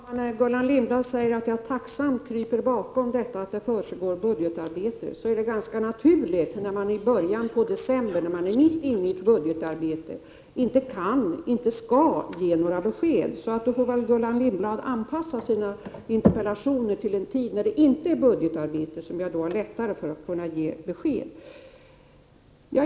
Prot. 1988/89:38 Fru talman! Gullan Lindblad säger att jag tacksamt kryper bakom det 5 december 1988 faktum att budgetarbetet pågår. Men det är ganska naturligt att man i början å -& Pre 5 Re ä ] Om åtgärder för att styav december, när man är mitt inne i ett budgetarbete, inte kan och inte skall RER ra socialförsäkringens ge några besked. Gullan Lindblad får väl anpassa sina interpellationer till den tid då budgetarbetet inte pågår, så att jag lättare kan ge besked.